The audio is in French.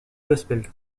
gospel